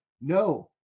No